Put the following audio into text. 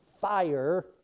fire